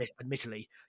admittedly